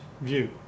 view